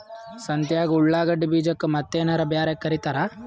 ಸಂತ್ಯಾಗ ಉಳ್ಳಾಗಡ್ಡಿ ಬೀಜಕ್ಕ ಮತ್ತೇನರ ಬ್ಯಾರೆ ಕರಿತಾರ?